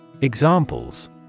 Examples